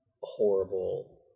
horrible